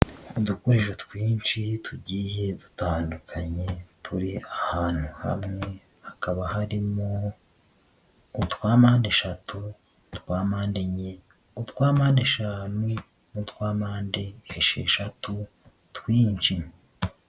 Udukoresho twinshi tugiye dutandukanye turi ahantu hamwe, hakaba harimo utwa mpande eshatu, utwa mpande enye, utwa mpande eshanu n'utwapande esheshatu twinshi.